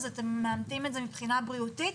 אתם מאמתים את זה מבחינה בריאותית,